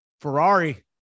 Ferrari